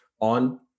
on